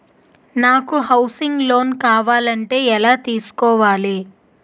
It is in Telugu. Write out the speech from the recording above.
నాకు హౌసింగ్ లోన్ కావాలంటే ఎలా తీసుకోవాలి?